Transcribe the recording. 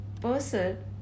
person